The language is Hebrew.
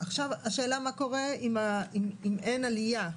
עכשיו השאלה מה קורה אם אין עלייה,